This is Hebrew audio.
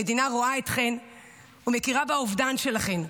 המדינה רואה אתכן ומכירה באובדן שלכן,